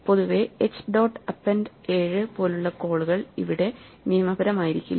പൊതുവെ h dot append 7 പോലുള്ള call ഇവിടെ നിയമപരമായിരിക്കില്ല